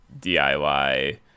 diy